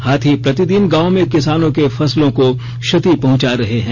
हाथी प्रतिदिन गांवों में किसानों के फसलों को क्षति पहुंचा रहे हैं